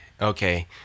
okay